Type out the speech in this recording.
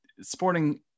sporting